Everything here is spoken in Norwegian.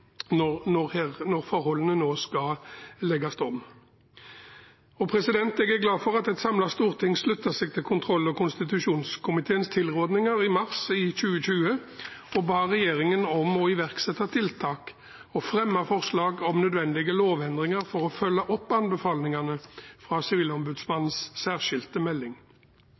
når forholdene nå skal legges om. Jeg er glad for at et samlet storting sluttet seg til kontroll- og konstitusjonskomiteens tilråding i mars 2020 og ba regjeringen om å iverksette tiltak og fremme forslag om nødvendige lovendringer for å følge opp anbefalingene fra Sivilombudsmannens særskilte melding.